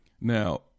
Now